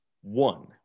One